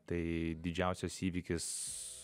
tai didžiausias įvykis